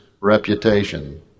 reputation